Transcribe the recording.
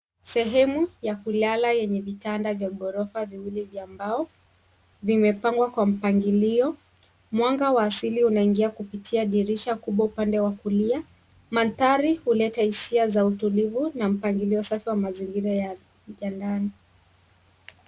Sehemu ya kulala yenye vitanda vya gorofa viwili vya mbao. Vimepangwa kwa mpangilio. Mwanga wa asili unaingia kupitia dirisha kubwa upande wa kulia. Mandhari huleta hisia za utulivu na mpangilio safi wa mazingira ya vitandani.